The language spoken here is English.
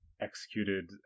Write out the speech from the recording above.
executed